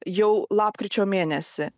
jau lapkričio mėnesį